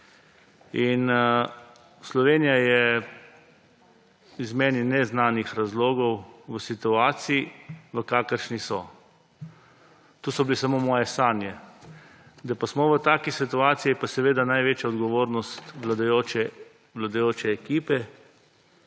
Slovenija je iz meni neznanih razlogov v situaciji, v kakršni smo. To so bile samo moje sanje. Da pa smo v taki situaciji je pa seveda največje odgovornost vladajoče ekipe.